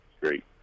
Great